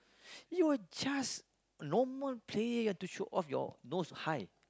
you're just normal player you've to show off your nose high